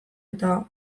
eta